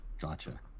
Gotcha